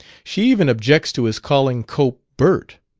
she even objects to his calling cope bert.